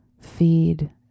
Feed